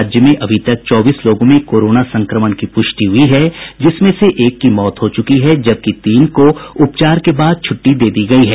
राज्य में अभी तक चौबीस लोगों में कोरोना संक्रमण की पुष्टि हुयी है जिसमें से एक की मौत हो चुकी है जबकि तीन को उपचार के बाद छुट्टी दे दी गयी है